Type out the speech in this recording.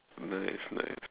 nice nice